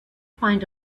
find